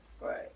Right